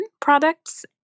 products